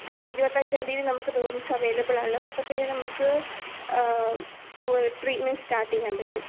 ഹാ ഇരുപത്തഞ്ചാം തീയതി നമുക്ക് റൂംസ് അവൈലബിൾ ആണ് അപ്പോഴത്തേനും നമുക്ക് ട്രീറ്റ്മെൻറ് സ്റ്റാർട്ട് ചെയ്യാൻ പറ്റും